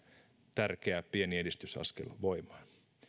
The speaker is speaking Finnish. tärkeä pieni edistysaskel voimaan